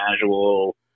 casual